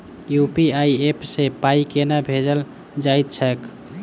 UPI app सँ पाई केना भेजल जाइत छैक?